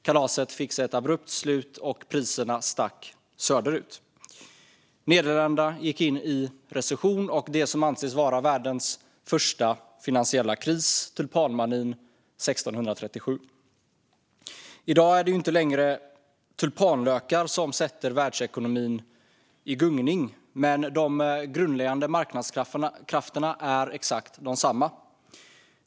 Kalaset fick sig därmed ett abrupt slut, priserna stack söderut och Nederländerna gick in i en recession när vad som anses vara världens första finansiella bubbla - Tulpanmanin - sprack år 1637. I dag är det inte längre tulpanlökar som sätter världsekonomin i gungning, men de grundläggande marknadskrafterna är exakt desamma.